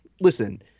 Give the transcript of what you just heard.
listen